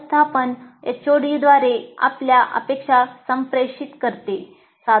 व्यवस्थापन एचओडीद्वारे आपल्या अपेक्षा संप्रेषित करते